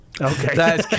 Okay